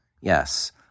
Yes